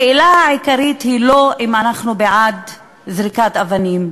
השאלה העיקרית היא לא אם אנחנו בעד זריקת אבנים,